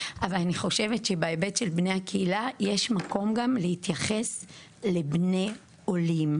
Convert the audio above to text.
אני חושבת שבהיבט של בני הקהילה יש מקום גם להתייחס לבני עולים.